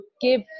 give